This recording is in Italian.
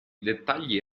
dettagli